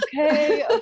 okay